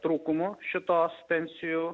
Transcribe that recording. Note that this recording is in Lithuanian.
trūkumų šitos pensijų